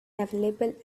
available